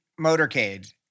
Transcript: motorcade